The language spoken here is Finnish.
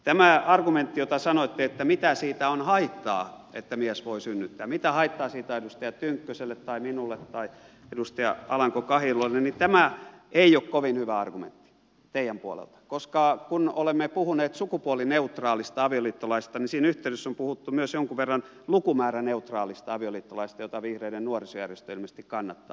tämä argumentti jonka sanoitte että mitä siitä on haittaa että mies voi synnyttää mitä haittaa siitä on edustaja tynkkyselle tai minulle tai edustaja alanko kahiluodolle ei ole kovin hyvä argumentti teidän puoleltanne koska kun olemme puhuneet sukupuolineutraalista avioliittolaista niin siinä yhteydessä on puhuttu myös jonkun verran lukumääräneutraalista avioliittolaista jota vihreiden nuorisojärjestö ilmeisesti kannattaa